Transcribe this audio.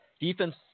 defense